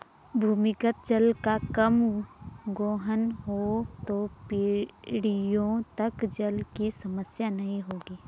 भूमिगत जल का कम गोहन हो तो पीढ़ियों तक जल की समस्या नहीं होगी